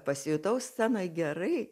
pasijutau scenoj gerai